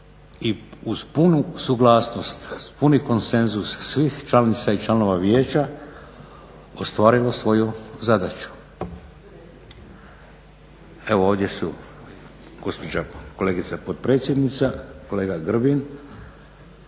i uz punu suglasnost, puni konsenzus svih članica i članova vijeća ostvarilo svoju zadaću. Evo ovdje su gospođa kolegica potpredsjednica, kolega Grbin,